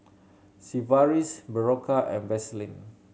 Sigvaris Berocca and Vaselin